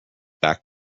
back